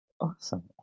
awesome